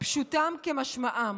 " פשוטם כמשמעם".